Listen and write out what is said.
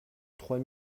trois